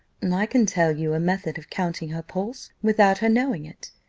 i can tell you a method of counting her pulse, without her knowing it,